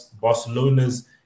Barcelona's